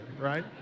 right